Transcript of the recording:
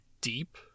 deep